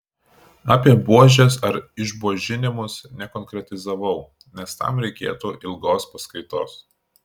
apie buožes ar išbuožinimus nekonkretizavau nes tam reikėtų ilgos paskaitos